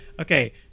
Okay